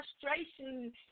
frustration